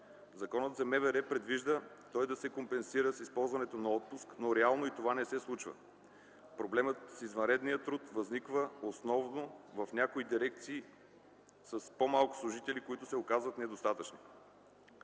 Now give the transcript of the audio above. Законът за МВР предвижда той да се компенсира с ползването на отпуск, но реално и това не се случва. Проблемът с извънредния труд възниква основно в някои дирекции с по-малко служители, които се оказват недостатъчни.